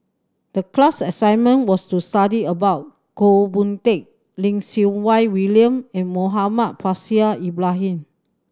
the class assignment was to study about Goh Boon Teck Lim Siew Wai William and Muhammad Faishal Ibrahim